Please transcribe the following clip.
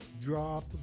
Drop